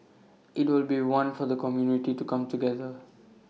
IT will be one for the community to come together